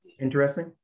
Interesting